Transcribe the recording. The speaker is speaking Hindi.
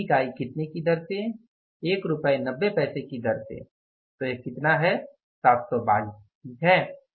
380 इकाई कितने की दर से 190 की दर से तो यह कितना है 722 ठीक है